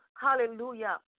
Hallelujah